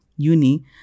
Uni